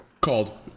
called